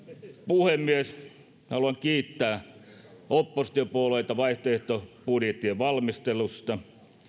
puhemies haluan kiittää oppositiopuolueita vaihtoehtobudjettien valmistelusta